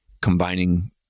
combining